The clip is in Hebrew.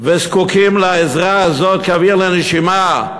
וזקוקים לעזרה הזאת כאוויר לנשימה,